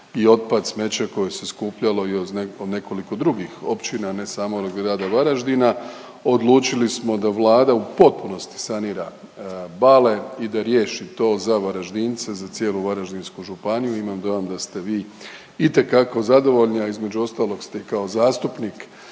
i otpad, smeće koje se skupljalo i od nekoliko drugih općina, ne samo grada Varaždina. Odlučili smo da Vlada u potpunosti sanira bale i da riješi to za Varaždince, za cijelu Varaždinsku županiju. Imam dojam da ste vi itekako zadovoljni, a između ostalog ste kao zastupnik